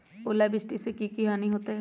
ओलावृष्टि से की की हानि होतै?